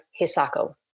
Hisako